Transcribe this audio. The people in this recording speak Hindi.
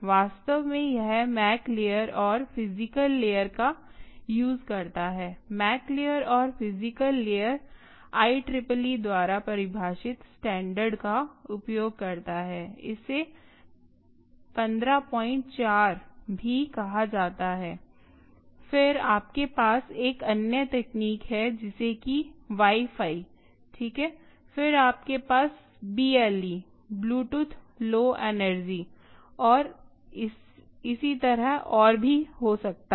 वास्तव में यह मैक लेयर और फिजिकल लेयर का यूज़ करता है मैक लेयर और physical layer I triple E द्वारा परिभाषित स्टैण्डर्ड का उपयोग करता है इसे 154 भी कहा जाता है फिर आपके पास एक अन्य तकनीक है जैसे कि वाई फाई ठीक है फिर आपके पास BLE ब्लूटूथ लौ एनर्जी और इसी तरह और भी हो सकता है